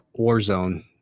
Warzone